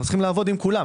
אנו צריכים לעבוד עם כולם.